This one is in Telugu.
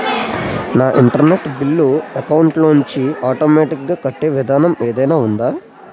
నా ఇంటర్నెట్ బిల్లు అకౌంట్ లోంచి ఆటోమేటిక్ గా కట్టే విధానం ఏదైనా ఉందా?